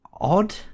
odd